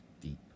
deep